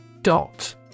Dot